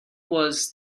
was